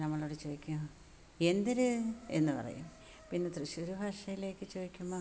നമ്മളോടു ചോദിക്കും എന്തര് എന്നു പറയും പിന്നെ തൃശ്ശൂർ ഭാഷയിലേക്ക് ചോദിക്കുമ്പോൾ